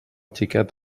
xiquet